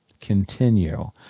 continue